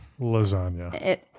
lasagna